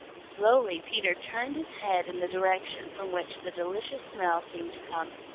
slowly peter turned his head in the direction from which the delicious smell seemed to come.